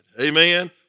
amen